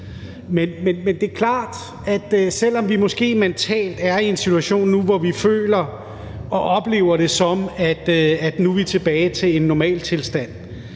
Men det er klart, at selv om vi måske mentalt er i en situation nu, hvor vi føler og oplever det, som om vi er tilbage til en normaltilstand,